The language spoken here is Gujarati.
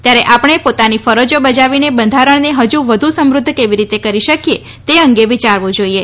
ત્યારે આપણે પોતાની ફરજો બજાવીને બંધારણને હજુ વધુ સમૃદ્ધ કેવી રીતે કરી શકીએ તે અંગે વિચારવું જોઈએ